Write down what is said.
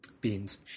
Beans